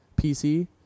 PC